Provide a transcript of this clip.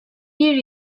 bir